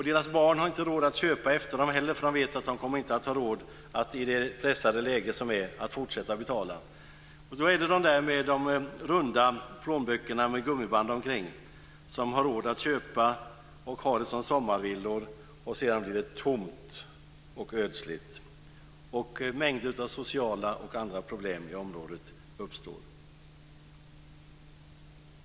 Deras barn har inte råd att köpa husen, därför att de vet att de inte kommer att ha råd att i dagens pressade läge fortsätta att betala. Då är det de med de runda plånböckerna med gummiband omkring som har råd att köpa husen och ha dem som sommarvillor. Sedan blir det tomt och ödsligt, och mängder av sociala och andra problem i området uppstår.